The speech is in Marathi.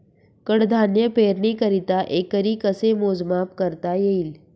कडधान्य पेरणीकरिता एकरी कसे मोजमाप करता येईल?